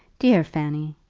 dear fanny!